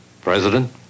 President